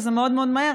שזה מאוד מאוד מהר,